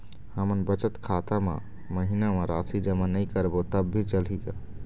हमन बचत खाता मा महीना मा राशि जमा नई करबो तब भी चलही का?